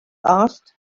asked